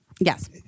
Yes